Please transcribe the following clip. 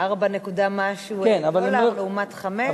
4 נקודה משהו דולר לעומת 5?